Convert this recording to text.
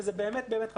זה באמת באמת חשוב,